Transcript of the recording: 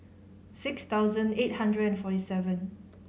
six thousand eight hundred and forty seven